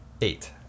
Eight